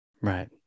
right